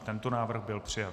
I tento návrh byl přijat.